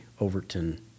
Overton